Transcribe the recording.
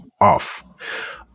off